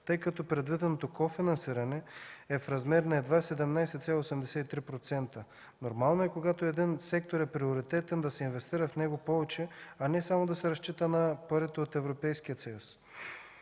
Тъй като предвиденото кофинансиране е в размер на едва 17,83%, нормално е когато един сектор е приоритетен, да се инвестира в него повече, а не само да се разчита на парите от Европейския съюз.